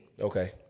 okay